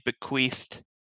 bequeathed